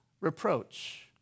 reproach